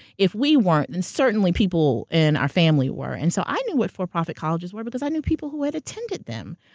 if we weren't, and certainly people in our family were, and so i knew what for-profit colleges were, because i knew people who had attended them.